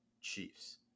Chiefs